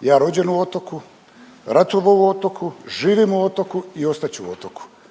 ja rođen u Otoku, ratovao u Otoku, živim u Otoku i ostat ću u Otoku.